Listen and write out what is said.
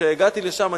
וכשהגעתי לשם,